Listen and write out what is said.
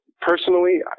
Personally